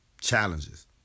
challenges